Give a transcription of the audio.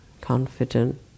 confident